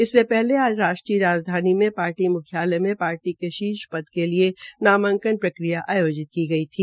इससे पहले आज राजधानी में पार्टी मुख्यालय में पार्टी की शीर्ष पद के लिए नामांकन प्रक्रिया आयोजित की गई थी